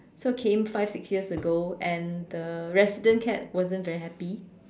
so came five six years ago and the resident cat wasn't very happy